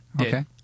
Okay